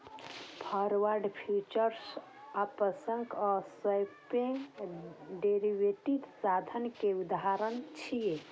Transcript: forward, futures, options आ swap derivative साधन के उदाहरण छियै